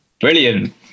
Brilliant